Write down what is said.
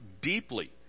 deeply